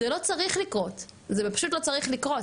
זה לא צריך לקרות, זה פשוט לא צריך לקרות.